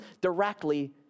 directly